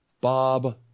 Bob